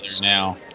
now